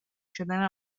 شدن